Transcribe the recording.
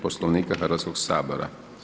Poslovnika Hrvatskoga sabora.